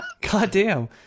Goddamn